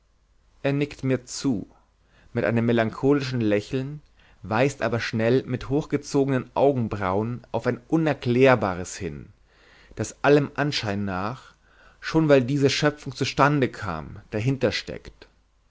er nickt mir zu mit einem melancholischen lächeln weist aber schnell mit hochgezogenen augenbrauen auf ein unerklärbares hin das allem anschein nach schon weil diese schöpfung zustande kam dahinter